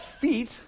feet